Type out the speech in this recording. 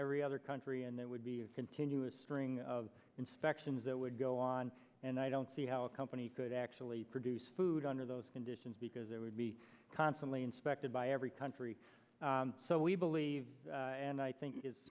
every other country and there would be a continuous string of inspections that would go on and i don't see how a company could actually produce food under those conditions because it would be constantly inspected by every country so we believe and i think it